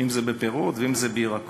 אם זה בפירות ואם זה בירקות.